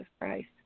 Christ